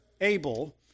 Abel